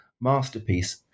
masterpiece